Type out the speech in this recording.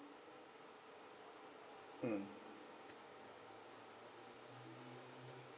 mm